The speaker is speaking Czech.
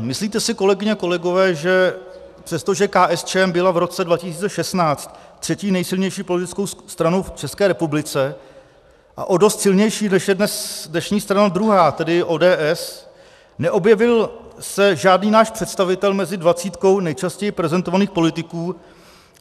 Myslíte si, kolegyně a kolegové, že přestože KSČM byla v roce 2016 třetí nejsilnější politickou stranou v České republice a dost silnější, než je dnes dnešní strana druhá, tedy ODS, neobjevil se žádný náš představitel mezi dvacítkou nejčastěji prezentovaných politiků